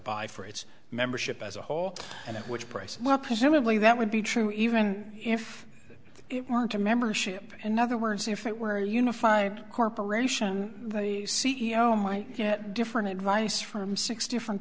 buy for its membership as a whole and which price well presumably that would be true even if it weren't a membership in other words if it were a unified corporation the c e o might get different advice from six different